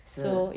是